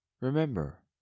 Remember